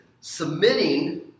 submitting